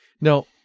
Now